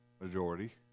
majority